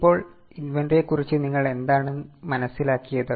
ഇപ്പോൾ ഇൻവെന്ററിയെ കുറിച്ച് നിങ്ങൾ എന്താണ് മനസ്സിലായത്